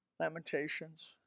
Lamentations